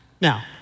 Now